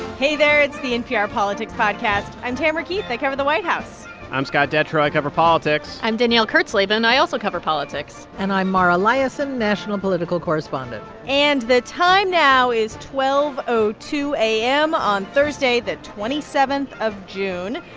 hey there. it's the npr politics podcast. i'm tamara keith. i cover the white house i'm scott detrow. i cover politics i'm danielle kurtzleben, and i also cover politics and i'm mara liasson, national political correspondent and the time now is twelve two a m. on thursday the twenty seven of june.